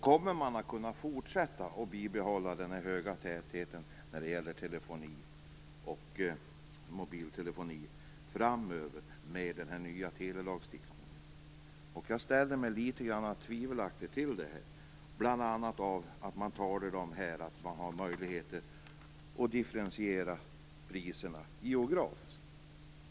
Kommer man att kunna fortsätta att bibehålla denna höga täthet när det gäller telefoni och mobiltelefoni framöver med den nya telelagstiftningen? Det ställer jag mig litet tveksam till bl.a. därför att man talar om möjligheter att differentiera priserna geografiskt.